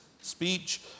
speech